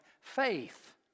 faith